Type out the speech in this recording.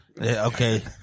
Okay